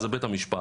זה בית המשפט